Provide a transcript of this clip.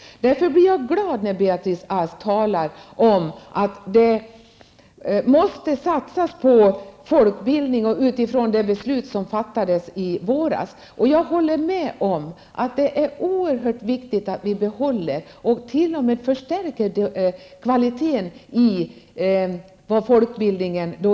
Därför blir jag glad när Beatrice Ask talar om att det måste satsas på folkbildning utifrån det beslut som fattades i våras. Jag håller med om att det är oerhört viktigt att vi behåller och t.o.m. förstärker kvaliteten i vad folkbildningen gör.